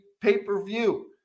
pay-per-view